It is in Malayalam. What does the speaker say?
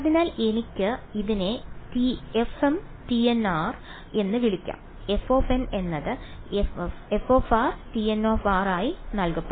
അതിനാൽ എനിക്ക് ഇതിനെ fntn എന്ന് വിളിക്കാം fn എന്നത് ftn ആയി നൽകപ്പെടും